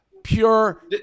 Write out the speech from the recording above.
pure